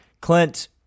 clint